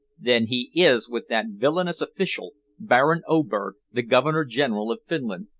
then he is with that villainous official, baron oberg, the governor-general of finland.